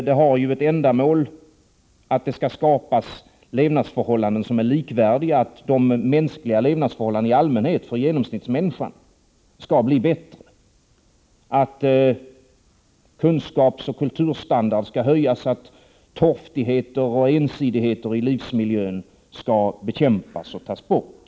Ett ändamål med regionalpolitiken är att det skall skapas levnadsförhållanden som är likvärdiga och att de allmänna levnadsförhållandena för genomsnittsmänniskan skall bli bättre, dvs. att kunskapsoch kulturstandarden skall höjas och att torftigheter och ensidigheter i livsmiljön skall bekämpas och tas bort.